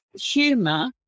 humor